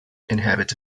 inhabits